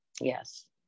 Yes